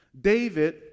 David